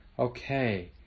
okay